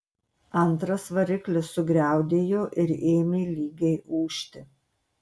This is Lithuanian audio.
antras variklis sugriaudėjo ir ėmė lygiai ūžti